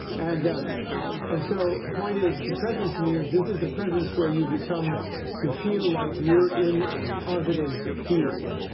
and and so point is the presence means this is a presence where you become you feel like you're in a positive field,